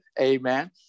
amen